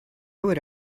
would